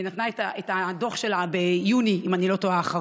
נתנה את הדוח שלה ביוני האחרון, אם אני לא טועה.